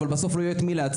אבל בסוף לא יהיה את מי להציל.